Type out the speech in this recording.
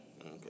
Okay